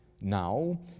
now